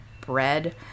bread